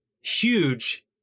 huge